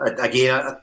again